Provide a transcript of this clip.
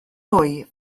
mwy